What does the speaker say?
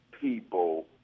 people